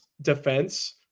defense